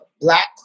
black